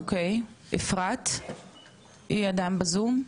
אוקי אפרת עדיין בזום?